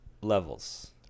levels